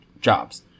jobs